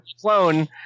clone